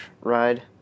ride